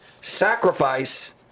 Sacrifice